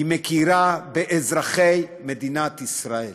היא מכירה באזרחי מדינת ישראל,